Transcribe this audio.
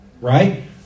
right